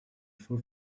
for